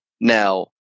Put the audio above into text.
Now